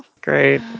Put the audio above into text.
Great